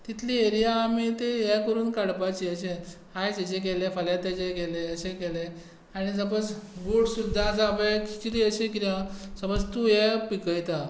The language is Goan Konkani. तितली एरिया ती आमी हें करून काडपाची आयज हाचे केलें फाल्यां ताचें केलें आनी सपोझ सुद्दां आसा पळय आतां समज तूं हें पिकयता